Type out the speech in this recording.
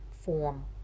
form